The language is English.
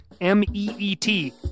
M-E-E-T